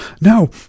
Now